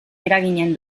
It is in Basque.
eraginen